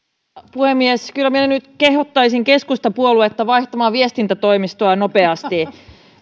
puhemies kyllä minä nyt kehottaisin keskustapuoluetta vaihtamaan viestintätoimistoa nopeasti